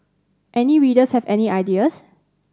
any readers have any ideas